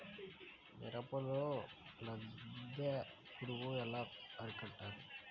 మిరపలో లద్దె పురుగు ఎలా అరికట్టాలి?